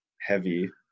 heavy